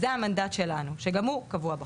זה המנדט שלנו שגם הוא קבוע בחוק.